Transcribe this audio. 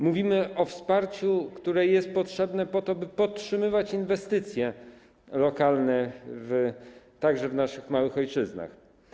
Mówimy o wsparciu, które jest potrzebne po to, by podtrzymywać inwestycje lokalne także w naszych małych ojczyznach.